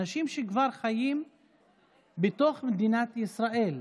אנשים שכבר חיים בתוך מדינת ישראל,